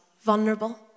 vulnerable